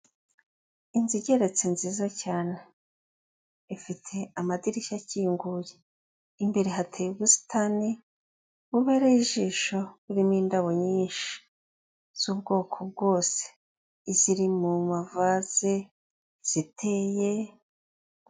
Inzu keretse nziza cyane, ifite amadirishya akinguye, imbere hateye ubusitani bubereye ijisho burimo indabo nyinshi z'ubwoko bwose, iziri mu mavase iziteye...